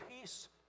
peace